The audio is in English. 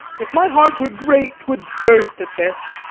if my heart were great, twould burst at this.